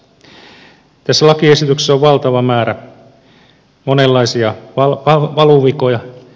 tässä lakiesityksessä on valtava määrä monenlaisia valuvikoja